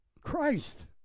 Christ